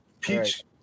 Peach